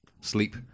sleep